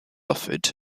offered